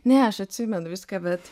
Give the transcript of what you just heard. ne aš atsimenu viską bet